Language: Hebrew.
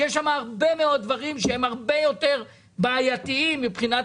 שיש שם הרבה מאוד דברים שהם הרבה יותר בעייתיים מבחינת